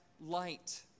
light